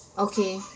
okay